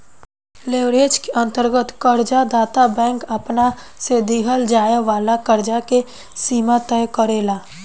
leverage के अंतर्गत कर्ज दाता बैंक आपना से दीहल जाए वाला कर्ज के सीमा तय करेला